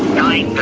dying.